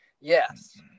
Yes